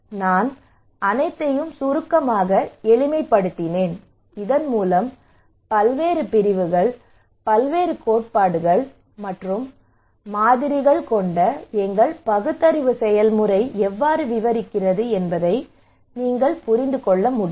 நான் அனைத்தையும் சுருக்கமாக எளிமைப்படுத்தினேன் இதன்மூலம் பல்வேறு பிரிவுகள் பல்வேறு கோட்பாடுகள் மற்றும் மாதிரிகள் கொண்ட எங்கள் பகுத்தறிவு செயல்முறை எவ்வாறு விவரிக்கிறது என்பதை நீங்கள் புரிந்து கொள்ள முடியும்